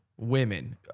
women